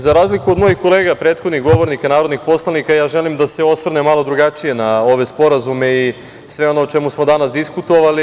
Za razliku od mojih kolega, prethodnih govornika narodnih poslanika, želim da se osvrnem malo drugačije na ove sporazume i sve ono o čemu smo danas diskutovali.